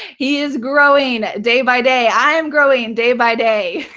he is growing day-by-day. i'm growing day-by-day.